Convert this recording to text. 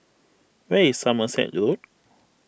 where is Somerset Road